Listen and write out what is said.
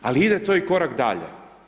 Ali ide to i korak dalje.